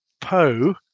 Poe